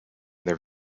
their